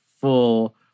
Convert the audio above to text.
full